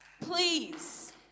Please